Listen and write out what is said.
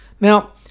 Now